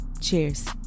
cheers